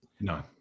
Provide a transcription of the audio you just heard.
No